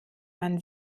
man